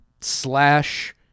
slash